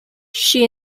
she